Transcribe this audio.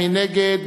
מי נגד?